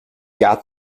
got